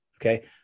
Okay